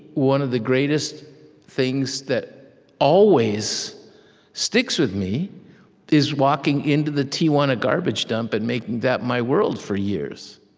one of the greatest things that always sticks with me is walking into the tijuana garbage dump and making that my world for years.